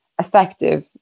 effective